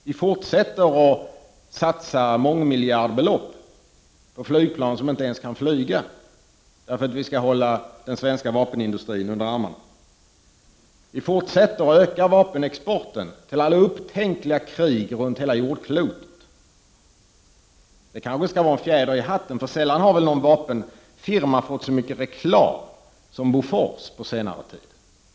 Vi fortsätter att satsa mångmiljardbelopp på ett flygplan som inte ens kan flyga, därför att vi skall hålla den svenska vapenindustrin under armarna. Vi fortsätter att öka vapenexporten till alla upptänkliga krig runt hela jordklotet. Det kanske skall vara en fjäder i hatten. Sällan har ju en vapenfirma fått så mycket reklam som Bofors har fått på senare tid.